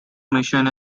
mission